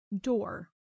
door